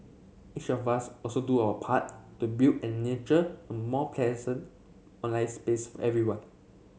each of us also do our part to build and nurture a more pleasant online space for everyone